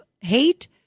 hate